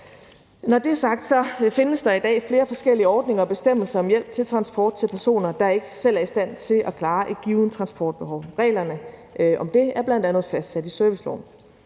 Når det er sagt, findes der i dag flere forskellige ordninger og bestemmelser om hjælp til transport til personer, der ikke selv er i stand til at klare et givent transportbehov. Reglerne om det er bl.a. fastsat i serviceloven.